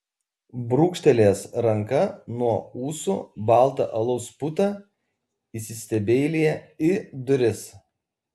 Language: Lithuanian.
brūkštelėjęs ranka nuo ūsų baltą alaus putą įsistebeilija į duris